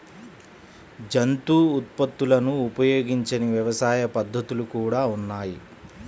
జంతు ఉత్పత్తులను ఉపయోగించని వ్యవసాయ పద్ధతులు కూడా ఉన్నాయి